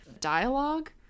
dialogue